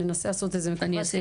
ננסה לעשות את זה מכווץ,